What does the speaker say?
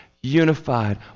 unified